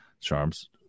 charms